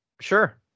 sure